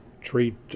treat